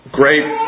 great